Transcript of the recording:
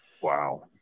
Wow